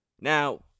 Now